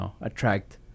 attract